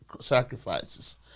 sacrifices